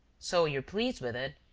so you're pleased with it?